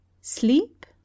Sleep